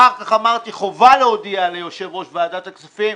אחר כך אמרתי: חובה להודיע ליושב-ראש ועדת הכספים.